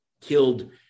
killed